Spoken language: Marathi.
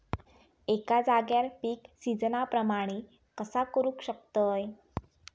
एका जाग्यार पीक सिजना प्रमाणे कसा करुक शकतय?